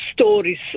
stories